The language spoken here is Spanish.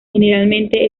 generalmente